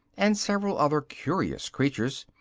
and several other curious creatures.